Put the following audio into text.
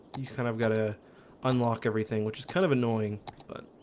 you kind of got to unlock everything which is kind of annoying but